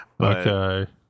Okay